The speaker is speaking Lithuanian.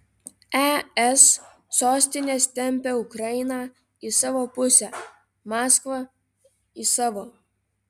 es sostinės tempia ukrainą į savo pusę maskva į savo